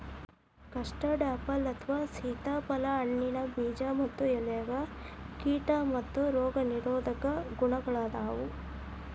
custard apple ಅಥವಾ ಸೇತಾಪ್ಯಾರಲ ಹಣ್ಣಿನ ಬೇಜ ಮತ್ತ ಎಲೆಯಾಗ ಕೇಟಾ ಮತ್ತ ರೋಗ ನಿರೋಧಕ ಗುಣಗಳಾದಾವು